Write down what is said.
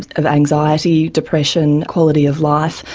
of of anxiety, depression, quality of life,